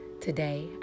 Today